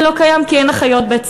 זה לא קיים, כי אין אחיות בית-ספר.